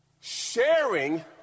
Sharing